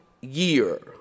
year